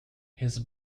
his